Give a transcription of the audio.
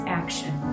action